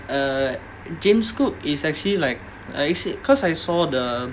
err james cook is actually like uh actually because I saw the